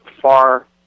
far